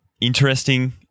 interesting